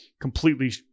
completely